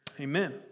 Amen